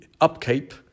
upkeep